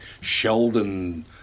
Sheldon